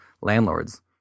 landlords